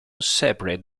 separate